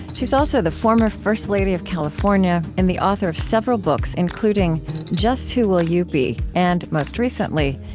she is also the former first lady of california and the author of several books, including just who will you be, and most recently,